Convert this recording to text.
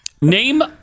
name